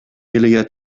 ilia